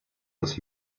das